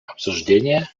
обсуждения